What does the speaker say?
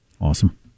Awesome